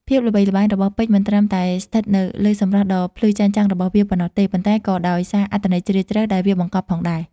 ភាពល្បីល្បាញរបស់ពេជ្រមិនត្រឹមតែស្ថិតនៅលើសម្រស់ដ៏ភ្លឺចែងចាំងរបស់វាប៉ុណ្ណោះទេ ប៉ុន្តែក៏ដោយសារអត្ថន័យជ្រាលជ្រៅដែលវាបង្កប់ផងដែរ។